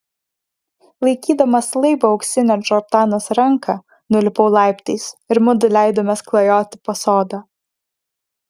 laikydamas laibą auksinę džordanos ranką nulipau laiptais ir mudu leidomės klajoti po sodą